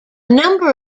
number